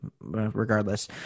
regardless